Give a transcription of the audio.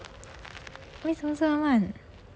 为什么这样慢